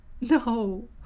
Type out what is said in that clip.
no